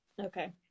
Okay